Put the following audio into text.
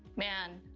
man,